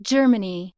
Germany